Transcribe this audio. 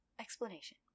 explanation